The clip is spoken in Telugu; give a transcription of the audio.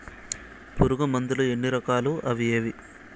పులుగు మందులు ఎన్ని రకాలు అవి ఏవి?